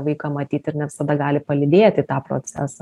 vaiką matyti ir nes tada gali palydėti į tą procesą